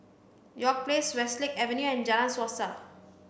York Place Westlake Avenue and Jalan Suasa